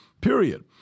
period